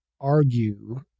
argue